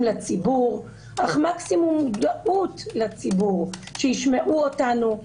לציבור אך מקסימום מודעות שישמעו אותנו,